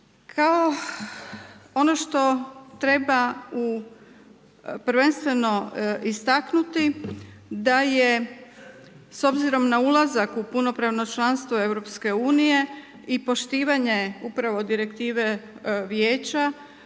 Kao ono što treba prvenstveno istaknuti da je s obzirom na ulazak u punopravno članstvo EU-a i poštovanje upravo direktive vijeća,